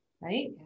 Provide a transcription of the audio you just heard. Right